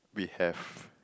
we have